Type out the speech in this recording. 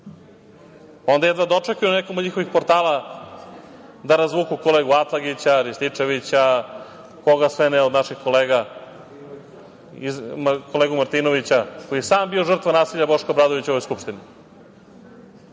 Onda jedva dočekaju na nekom od njihovih portala da razvuku kolegu Atlagića, Rističevića, koga sve ne od naših kolega, kolegu Martinovića, koji je sam bio žrtva Boška Obradovića u ovoj Skupštini. Bivša